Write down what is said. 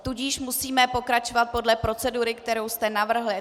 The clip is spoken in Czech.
Tudíž musíme pokračovat podle procedury, kterou jste navrhl.